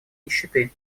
нищеты